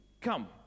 Come